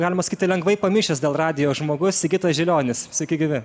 galima sakyti lengvai pamišęs dėl radijo žmogus sigitas žilionis sveiki gyvi